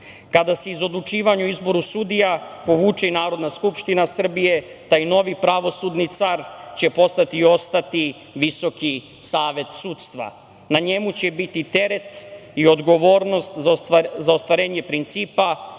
mi. Kada se iz odlučivanja o izboru sudija povuče i Narodna skupština Srbije, taj novi pravosudni car će postati i ostati Visoki savet sudstva. Na njemu će biti teret i odgovornost za ostvarenje principa